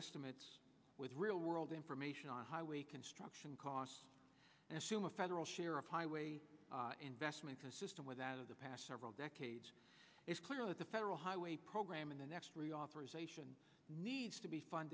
estimates with real world information on highway construction costs and assume a federal share of highway investment consistent with that of the past several decades it's clear that the federal highway program in the next reauthorization needs to be fun